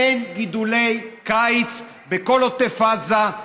אין גידולי קיץ בכל עוטף עזה,